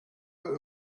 out